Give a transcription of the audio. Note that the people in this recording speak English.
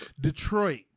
Detroit